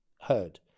heard